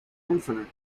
infinite